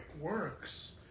works